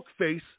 Bookface